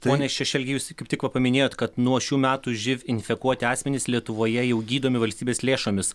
ponia šešelgi jūs kaip tik va paminėjot kad nuo šių metų živ infekuoti asmenys lietuvoje jau gydomi valstybės lėšomis